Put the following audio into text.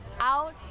out